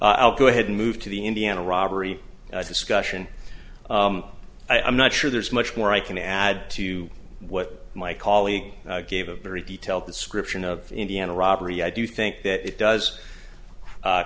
i'll go ahead and move to the indiana robbery discussion i'm not sure there's much more i can add to what my colleague gave a very detailed description of indiana robbery i do think that it does